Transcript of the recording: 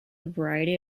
variety